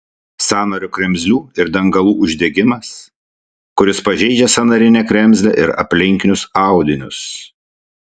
sąnario kremzlių ir dangalų uždegimas kuris pažeidžia sąnarinę kremzlę ir aplinkinius audinius